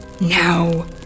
Now